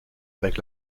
avec